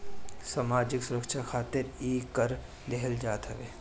सामाजिक सुरक्षा खातिर इ कर देहल जात हवे